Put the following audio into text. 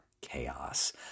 chaos